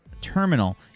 terminal